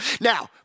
Now